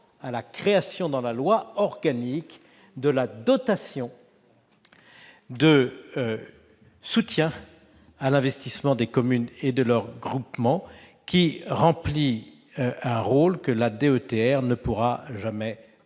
à la création dans la loi organique de la dotation de soutien à l'investissement des communes et de leurs groupements, qui remplira un rôle que la DETR ne pourra jamais remplir.